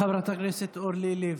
תודה, חברת הכנסת אורלי לוי.